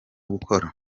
gukora